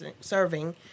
serving